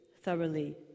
thoroughly